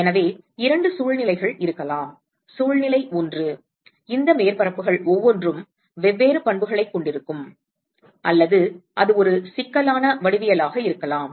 எனவே இரண்டு சூழ்நிலைகள் இருக்கலாம் சூழ்நிலை ஒன்று இந்த மேற்பரப்புகள் ஒவ்வொன்றும் வெவ்வேறு பண்புகளைக் கொண்டிருக்கும் அல்லது அது ஒரு சிக்கலான வடிவியலாக இருக்கலாம்